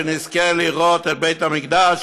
שנזכה לראות את בית-המקדש